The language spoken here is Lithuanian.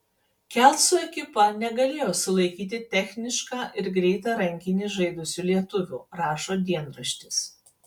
kelcų ekipa negalėjo sulaikyti technišką ir greitą rankinį žaidusių lietuvių rašo dienraštis